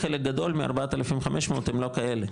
חלק גדול מה-4,500 הם לא כאלה,